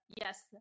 Yes